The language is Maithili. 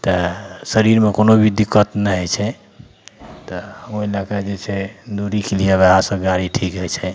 तऽ शरीरमे कोनो भी दिक्कत नहि होइ छै तऽ ओहि लैके जे छै दूरीके लिए वएहसब गाड़ी ठीक होइ छै